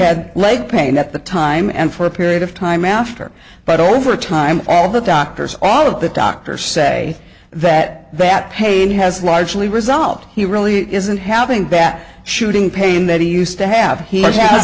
had leg pain at the time and for a period of time after but over time all the doctors all of the doctors say that that pain has largely result he really isn't having bad shooting pain that he used to have h